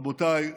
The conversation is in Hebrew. רבותיי,